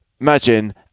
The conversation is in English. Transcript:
imagine